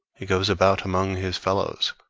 he goes about among his fellows,